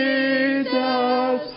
Jesus